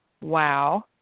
wow